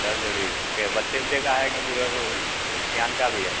दस जोड़ी के बच्चे ओच्चे का है कि पूरा सियान का भी है